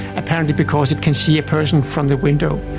apparently because it can see a person from the window.